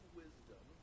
wisdom